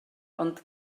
ond